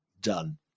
Done